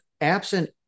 absent